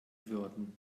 würden